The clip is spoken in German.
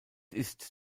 ist